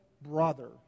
brother